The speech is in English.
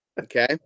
okay